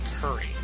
Curry